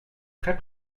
très